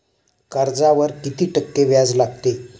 कर्जावर किती टक्के व्याज लागते?